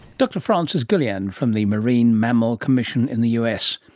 dr frances gulland from the marine mammal commission in the us.